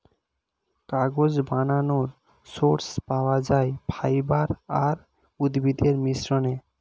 কাগজ বানানোর সোর্স পাওয়া যায় ফাইবার আর উদ্ভিদের মিশ্রণে